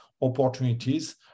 opportunities